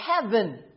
heaven